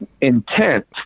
intent